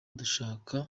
dushaka